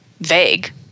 vague